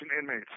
inmates